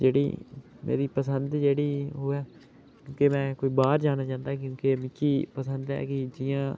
जेह्ड़ी मेरी पसंद जेह्ड़ी ओह ऐ कि मैं कोई बाह्र जाना चाह्न्दा क्योंकि मिगी पसन्द ऐ कि जियां